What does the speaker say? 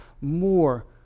more